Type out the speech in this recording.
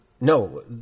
No